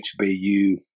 HBU